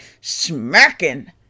smacking